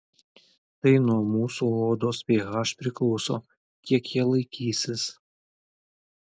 tai nuo mūsų odos ph priklauso kiek jie laikysis